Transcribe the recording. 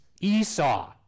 Esau